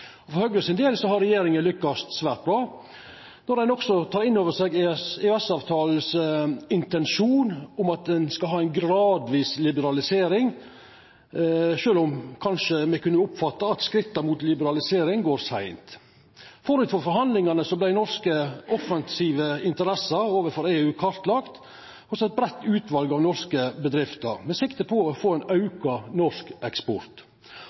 Høgre meiner at regjeringa har lykkast svært bra, når ein òg tek inn over seg intensjonen i EØS-avtalen om at ein skal ha ei «gradvis liberalisering», sjølv om me kanskje kan meina at skritta mot liberalisering går seint. Før forhandlingane vart norske offensive interesser overfor EU kartlagde hos eit breitt utval av norske bedrifter med sikte på å auka norsk eksport.